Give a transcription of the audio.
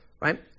right